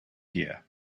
here